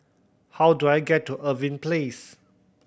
how do I get to Irving Place